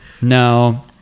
No